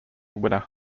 winner